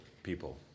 People